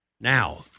Now